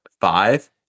Five